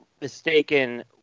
mistaken